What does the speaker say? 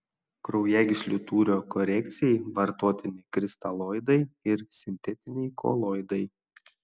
kraujagyslių tūrio korekcijai vartotini kristaloidai ir sintetiniai koloidai